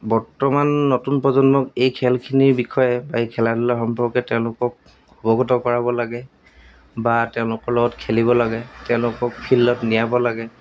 বৰ্তমান নতুন প্ৰজন্মক এই খেলখিনিৰ বিষয়ে বা এই খেলা ধূলা সম্পৰ্কে তেওঁলোকক অৱগত কৰাব লাগে বা তেওঁলোকৰ লগত খেলিব লাগে তেওঁলোকক ফিল্ডত নিয়াব লাগে